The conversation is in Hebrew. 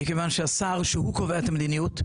מכיוון שהשר שהוא קובע את המדיניות,